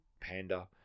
panda